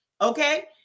okay